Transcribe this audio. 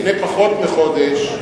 לפני פחות מחודש,